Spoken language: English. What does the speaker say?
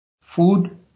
food